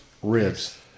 Ribs